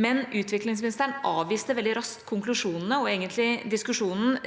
men utviklingsministeren avviste veldig raskt konklusjonene og egentlig diskusjonen